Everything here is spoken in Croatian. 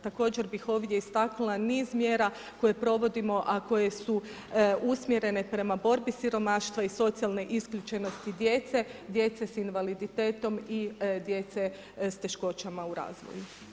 Također bih ovdje istaknula niz mjera koje provodimo a koje su usmjerene prema borbi siromaštva i socijalne isključenosti djece, djece sa invaliditetom i djece s teškoćama u razvoju.